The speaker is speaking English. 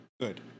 good